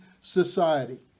society